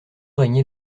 régnait